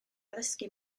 addysgu